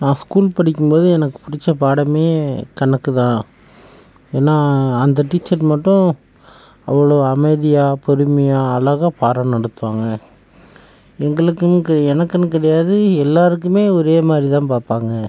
நான் ஸ்கூல் படிக்கும்போது எனக்கு பிடிச்ச பாடமே கணக்குதான் ஏன்னால் அந்த டீச்சர் மட்டும் அவ்வளோ அமைதியாக பொறுமையாக அழகாக பாடம் நடத்துவாங்க எங்களுக்கின்னு எனக்கின்னு கிடையாது எல்லாேருக்குமே ஒரே மாதிரி தான் பார்ப்பாங்க